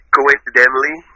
Coincidentally